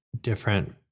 different